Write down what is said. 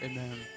Amen